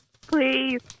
Please